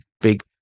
big